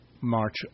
March